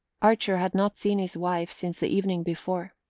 archer had not seen his wife since the evening before.